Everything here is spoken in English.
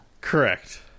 Correct